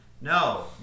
No